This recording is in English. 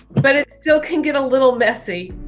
but it still can get a little messy.